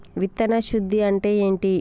విత్తన శుద్ధి అంటే ఏంటి?